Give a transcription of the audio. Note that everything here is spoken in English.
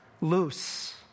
loose